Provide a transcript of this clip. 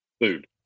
food